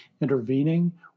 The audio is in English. intervening